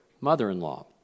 mother-in-law